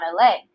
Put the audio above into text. LA